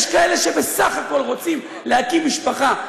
יש כאלה שבסך הכול רוצים להקים משפחה,